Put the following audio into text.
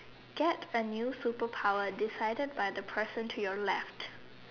get a new superpower decided by the person to your left